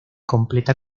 completa